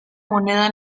moneda